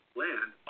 land